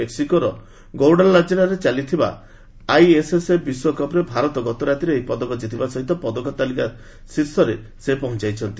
ମେକ୍ନିକୋର ଗୌଡ଼ାଲାଚ୍ଚାରାରେ ଚାଲିଥିବା ଆଇଏସ୍ଏସ୍ଏଫ୍ ବିଶ୍ୱକପ୍ରେ ଗତ ରାତିରେ ସେ ଏହି ପଦକ ଜିତିବା ସହିତ ପଦକ ତାଲିକାର ଶୀର୍ଷରେ ଭାରତରକୁ ପହଞ୍ଚାଇଛନ୍ତି